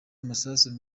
amasasu